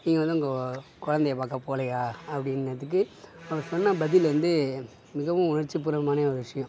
நீங்கள் வந்து உங்கள் குழந்தையை பார்க்க போலேயா அப்படீன்னதுக்கு அவங்க சொன்ன பதில் வந்து மிகவும் உணர்ச்சி பூர்வமான ஒரு விஷயம்